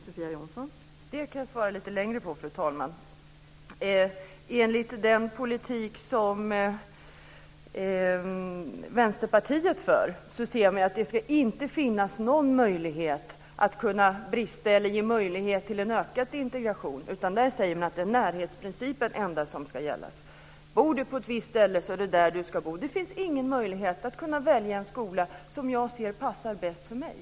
Fru talman! Det kan jag svara lite längre på. Enligt den politik som Vänsterpartiet för ska det inte finnas någon möjlighet till ökad integration, utan det är endast närhetsprincipen som ska gälla. Bor man på ett visst ställe är det där man ska gå i skolan. Det finns ingen möjlighet att välja en skola som jag tycker passar bäst för mig.